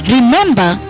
Remember